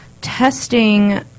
testing